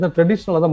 traditional